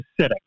acidic